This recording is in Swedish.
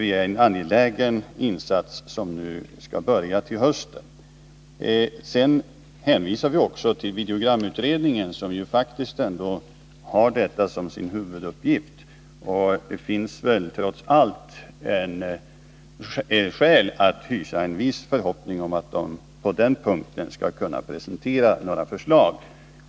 Denna verksamhet skall börja till hösten, och vi tycker att det är en angelägen insats. Vi hänvisar också till videogramutredningen, som faktiskt har detta som sin huvuduppgift. Det finns väl trots allt skäl att hysa en viss förhoppning om att den skall kunna presentera några förslag på den punkten.